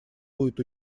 будет